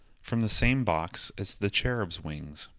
from the same box as the cherubs' wings.